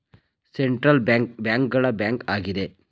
central bank bank ಗಳ bank ಆಗಿದೆ